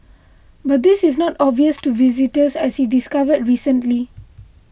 but this is not obvious to visitors as he discovered recently